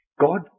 God